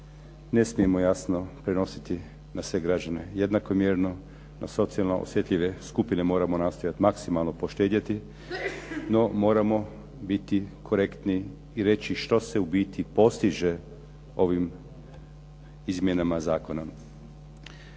ne smijemo jasno prenositi na sve građane jednakomjerno. Na socijalno osjetljive skupine moramo nastojati maksimalno poštedjeti, no moramo biti korektni i reći što se u biti postiže ovim izmjenama zakona.